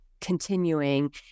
continuing